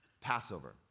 Passover